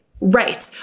Right